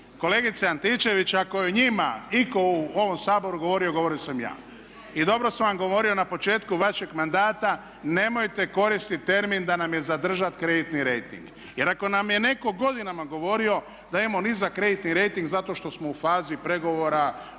kolegice Antičević, ako je o njima itko u ovom Saboru govorio, govorio sam ja. I dobro sam vam govorio na početku vašeg mandata nemojte koristiti termin da nam je zadržat kreditni rejting. Jer ako nam je netko godinama govorio da imamo nizak kreditni rejting zato što smo u fazi pregovora,